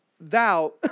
thou